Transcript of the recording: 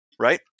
Right